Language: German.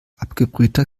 abgebrühter